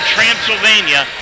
Transylvania